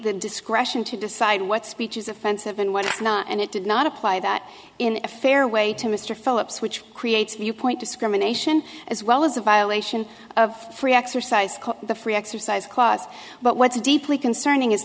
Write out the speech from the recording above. the discretion to decide what speech is offensive and what is not and it did not apply that in a fair way to mr philips which creates viewpoint discrimination as well as a violation of free exercise the free exercise clause but what's deeply concerning is